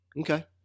Okay